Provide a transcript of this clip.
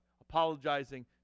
apologizing